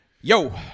Yo